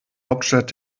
hauptstadt